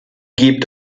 gibt